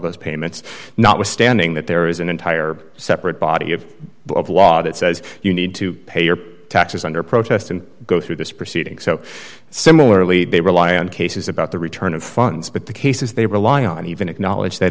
those payments not withstanding that there is an entire separate body of law that says you need to pay your taxes under protest and go through this proceeding so similarly they rely on cases about the return of funds but the cases they rely on even acknowledge that